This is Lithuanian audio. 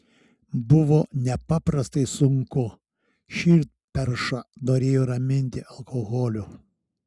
buvo nepaprastai sunku širdperšą norėjo raminti alkoholiu